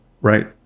Right